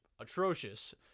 atrocious